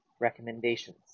recommendations